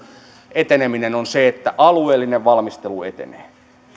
eteneminen on se että alueellinen valmistelu etenee